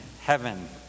heaven